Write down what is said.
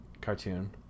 cartoon